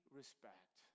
respect